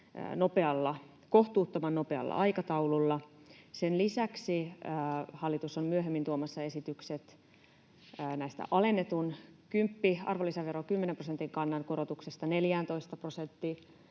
kohtuuttoman nopealla aikataululla. Sen lisäksi hallitus on myöhemmin tuomassa esitykset alennetun arvonlisäveron eli 10 prosentin kannan korotuksesta 14 prosenttiin